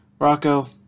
Rocco